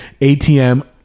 ATM